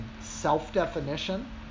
self-definition